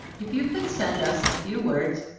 if you could send us a few words,